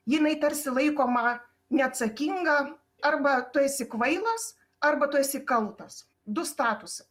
jinai tarsi laikoma neatsakinga arba tu esi kvailas arba tu esi kaltas du statusai